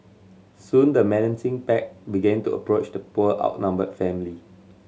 soon the menacing pack began to approach the poor outnumbered family